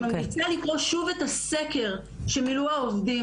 אני ממליצה לקרוא שוב את הסקר שמילאו העובדים.